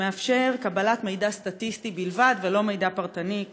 שמאפשר קבלת מידע סטטיסטי בלבד ולא מידע פרטני,